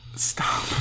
stop